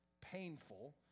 painful